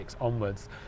onwards